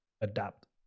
adapt